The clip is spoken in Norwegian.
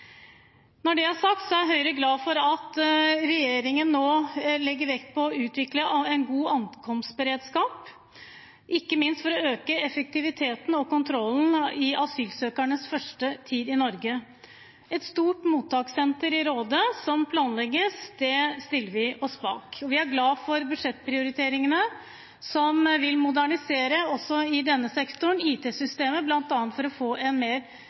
Når det er sagt, er Høyre glad for at regjeringen nå legger vekt på å utvikle en god ankomstberedskap, ikke minst for å øke effektiviteten og kontrollen i asylsøkernes første tid i Norge. Et stort mottakssenter i Råde som planlegges, stiller vi oss bak. Vi er glad for budsjettprioriteringene som vil modernisere IT-systemet også i denne sektoren, bl.a. for å få en mer